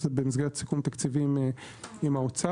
זה במסגרת סיכום תקציבי עם האוצר,